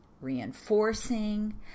reinforcing